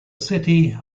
city